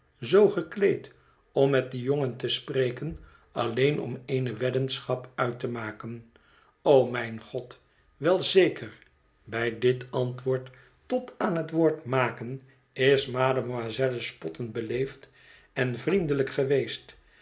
zoo gekleed om met dien jongen te spreken alleen om eene weddenschap uit te maken o mijn god wel zeker bij dit antwoord tot aan het woord maken is mademoiselle spottend beleefd en vriendelijk geweest